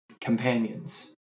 companions